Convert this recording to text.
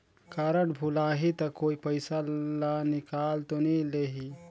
Card भुलाही ता कोई पईसा ला निकाल तो नि लेही?